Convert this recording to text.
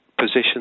position